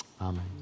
Amen